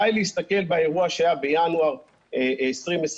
די להסתכל באירוע שהיה בינואר 2020,